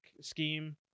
scheme